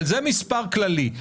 אבל זה מספר כללי.